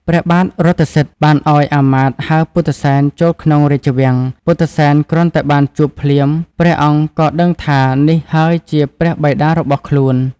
ព្រះបាទរថសិទ្ធិបានឲ្យអាមាត្យហៅពុទ្ធិសែនចូលក្នុងរាជវាំង ពុទ្ធិសែនគ្រាន់តែបានជួបភ្លាមព្រះអង្គក៏ដឹងថានេះហើយជាព្រះបិតារបស់ខ្លួន។